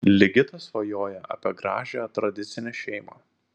ligitas svajoja apie gražią tradicinę šeimą